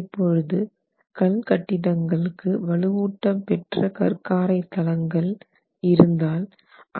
இப்பொழுது கல் கட்டிடங்களுக்கு வலுவூட்ட பெற்ற கற்காரை தளங்கள் இருந்தால்